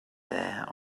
there